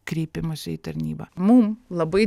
kreipimosi į tarnybą mum labai